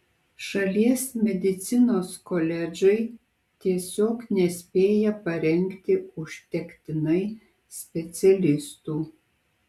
šalies medicinos koledžai tiesiog nespėja parengti užtektinai specialistų